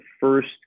first